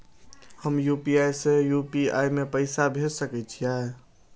हम यू.पी.आई से यू.पी.आई में पैसा भेज सके छिये?